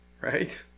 Right